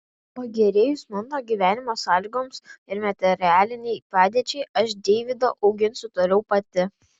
pagerėjus mano gyvenimo sąlygoms ir materialinei padėčiai aš deivydą auginsiu toliau pati